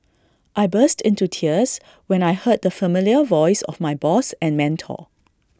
I burst into tears when I heard the familiar voice of my boss and mentor